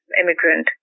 immigrant